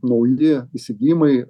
nauji įsigijimai